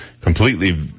Completely